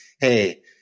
hey